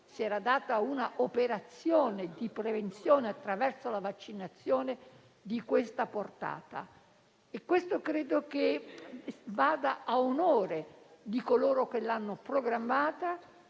si era fatta un'operazione di prevenzione attraverso la vaccinazione di questa portata. Questo credo che vada a onore di coloro che l'hanno programmata,